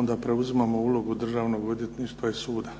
onda preuzimamo ulogu Državnog odvjetništva i suca.